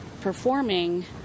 performing